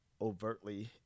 overtly